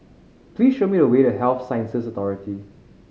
please show me the way to Health Sciences Authority